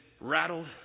rattled